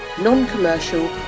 non-commercial